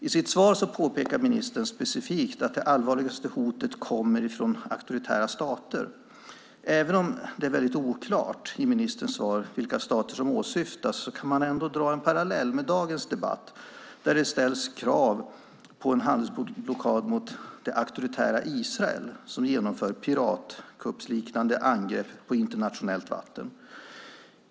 I sitt svar påpekar ministern specifikt att det allvarligaste hotet kommer från auktoritära stater. Även om det är oklart i ministerns svar vilka stater som åsyftas kan man dra en parallell till dagens debatt, där det ställs krav på en handelsblockad mot det auktoritära Israel som genomför piratkuppsliknande angrepp på internationellt vatten.